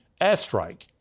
airstrike